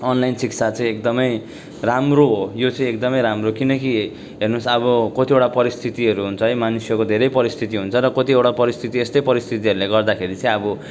online शिक्षा चाहिँ एकदमै राम्रो हो यो चाहिँ एकदमै राम्रो किनकि हेर्नुहोस् अब कतिवटा परिस्थितिहरू हुन्छ है मानिसहरूको धेरै परिस्थिति हुन्छ र कतिवटा परिस्थिति यस्तै परिस्थितिहरूले गर्दाखेरि चाहिँ अब